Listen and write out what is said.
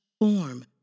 form